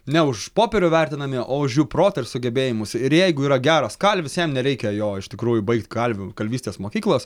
ne už popierių vertinami o už jų protą ir sugebėjimus ir jeigu yra geras kalvis jam nereikia jo iš tikrųjų baigt kalvių kalvystės mokyklos